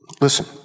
listen